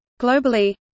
Globally